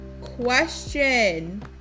question